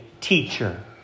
teacher